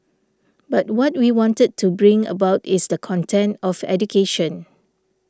but what we wanted to bring about is the content of education